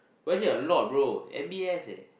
Y_J a lot bro M_B_S leh